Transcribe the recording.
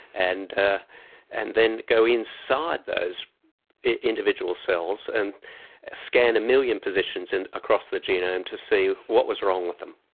and ah and then go inside those individual cells and scan a million positions and across the genome to see what was wrong with them.